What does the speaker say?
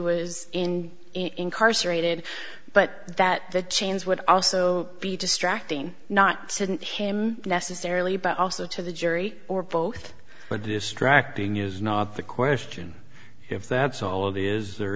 was in incarcerated but that the chains would also be distracting not didn't him necessarily but also to the jury or both but distracting is not the question if that's all it is there